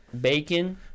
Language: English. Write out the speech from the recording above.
bacon